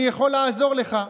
אני יכול לעזור לך.